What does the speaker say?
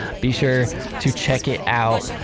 be sure to check it out.